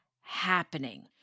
happening